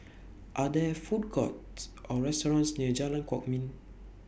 Are There Food Courts Or restaurants near Jalan Kwok Min